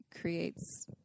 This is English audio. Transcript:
creates